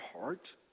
heart